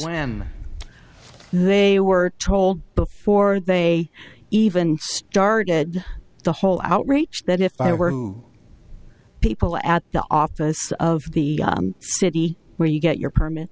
him they were told before they even started the whole outreach that if i were to people at the office of the city where you get your permit